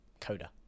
CODA